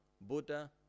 Buddha